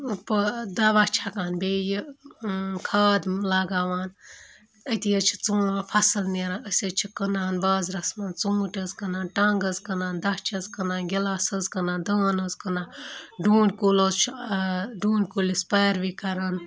پٲ دَوا چھَکان بیٚیہِ کھاد لگاوان أتی حظ چھِ ژوٗ فَصٕل نیران أسۍ حظ چھِ کٕنان بازرَس منٛز ژوٗنٛٹھۍ حظ کٕنان ٹنٛگ حظ کٕنان دَچھ حظ کٕنان گِلاس حظ کٕنان دٲن حظ کٕنان ڈوٗنۍ کُل حظ چھُ ڈوٗنۍ کُلِس پیروی کَران